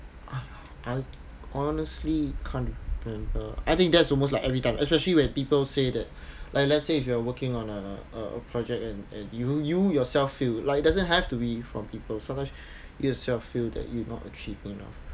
I honestly can't remember I think that's almost like every time especially when people say that like let's say if you are working on a uh a project and and you you yourself feel like doesn't have to be from people sometimes yourself feel that you've not achieved enough